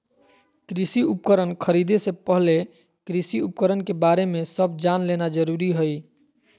कृषि उपकरण खरीदे से पहले कृषि उपकरण के बारे में सब जान लेना जरूरी हई